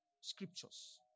scriptures